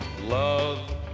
Love